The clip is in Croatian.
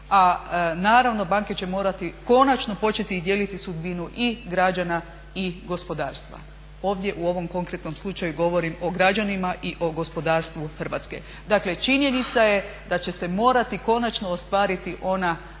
a naravno banke će morati konačno početi dijeliti sudbinu i građana i gospodarstva. Ovdje u ovom konkretnom slučaju govorim o građanima i o gospodarstvu Hrvatske. Dakle, činjenica je da će se morati konačno ostvariti ona deviza